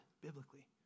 biblically